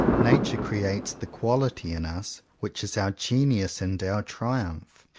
nature creates the quality in us which is our genius and our triumph.